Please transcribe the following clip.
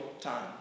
time